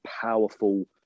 powerful